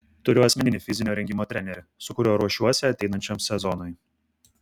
turiu asmeninį fizinio parengimo trenerį su kuriuo ruošiuosi ateinančiam sezonui